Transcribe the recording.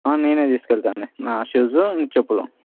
నేనే తీసుకెళ్తాండి నా షూజ్ చెప్పులు